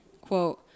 quote